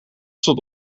stond